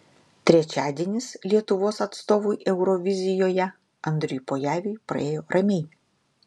trečiadienis lietuvos atstovui eurovizijoje andriui pojaviui praėjo ramiai